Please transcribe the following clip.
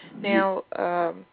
Now